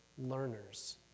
learners